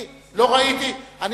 אנחנו נשמח.